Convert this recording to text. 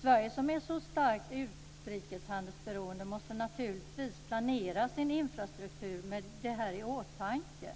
Sverige som är så starkt beroende av utrikeshandeln måste naturligtvis planera sin infrastruktur med det här i åtanke.